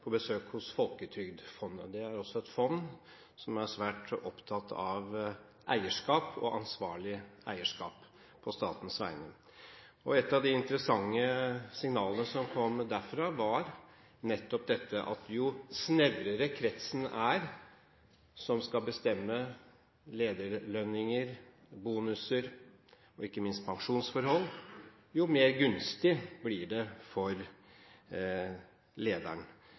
på besøk hos Folketrygdfondet. Det er et fond som er svært opptatt av eierskap og ansvarlig eierskap på statens vegne. Et av de interessante signalene som kom derfra, var nettopp dette at jo snevrere kretsen som skal bestemme lederlønninger, bonuser og ikke minst pensjonsforhold, er, jo mer gunstig blir